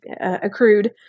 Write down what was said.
accrued